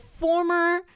former